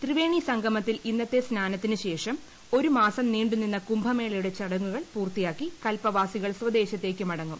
ത്രിവേണി സംഗമത്തിൽ ഇന്നത്തെ സ്നാനത്തിന് ശേഷം ഒരു മാസം നീണ്ടു നിന്ന കുംഭമേളയുടെ ചടങ്ങുകൾ പൂർത്തിയാക്കി കല്പവാസികൾ സ്വദേശത്തേക്ക് മടങ്ങും